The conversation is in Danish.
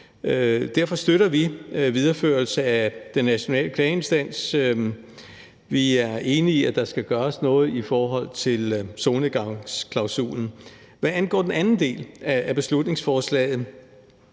Derfor støtter vi en videreførelse af Den Nationale Klageinstans mod Mobning. Vi er enige i, at der skal gøres noget i forhold til solnedgangsklausulen. Hvad angår den anden del af beslutningsforslaget,